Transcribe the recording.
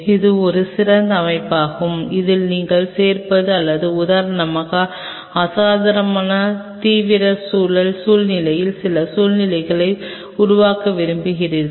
இது ஒரு சிறப்பு அமைப்பாகும் அதில் நீங்கள் சேர்ப்பது அல்லது உதாரணமாக அசாதாரண தீவிர சூழல் சூழ்நிலையின் சில சூழ்நிலையை உருவாக்க விரும்பினீர்கள்